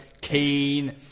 keen